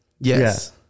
Yes